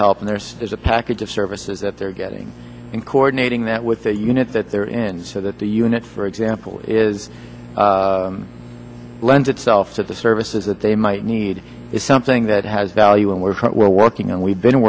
help and there's there's a package of services that they're getting in coordinating that with the unit that they're in so that the unit for example is lends itself to the services that they might need is something that has value and where we're working and we've been